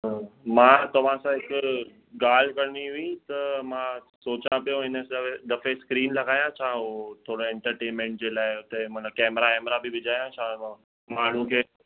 मां तव्हां सां हिकु ॻाल्हि करणी हुई त मां सोचा पियो हिन सवे दफ़े स्क्रीन लॻायां छा हो थोरा ऐंटरटेनमेंट जे लाइ हुते माना कैमरा वैमरा बि विझाया छा मां माण्हूं खे